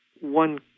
one